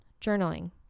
journaling